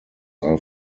are